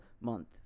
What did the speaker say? month